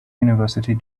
university